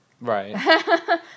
right